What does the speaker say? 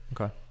okay